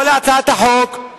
מי ביקש את זה?